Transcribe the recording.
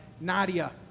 Nadia